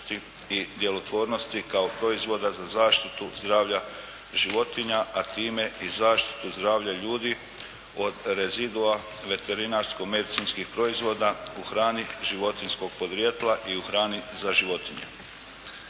i djelotvornosti kao proizvoda za zaštitu zdravlja životinja, a time i zaštitu zdravlja ljudi od rezidua veterinarsko-medicinskih proizvoda u hrani životinjskog podrijetla i u hrani za životinje.